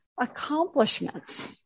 accomplishments